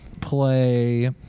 play